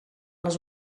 les